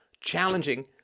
challenging